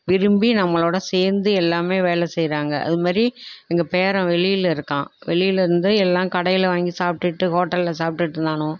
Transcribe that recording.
விரும்பி நம்மளோடு சேர்ந்து எல்லாமே வேலை செய்கிறாங்க அதுமாதிரி எங்கள் பேரன் வெளியில் இருக்கான் வெளியில் இருந்து எல்லாம் கடையில் வாங்கி சாப்பிட்டுட்டு ஹோட்டலில் சாப்பிட்டுட்டு இருந்தான